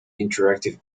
interactive